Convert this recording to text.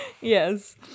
Yes